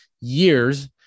years